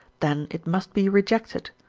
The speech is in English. then it must be rejected,